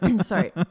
Sorry